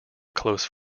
close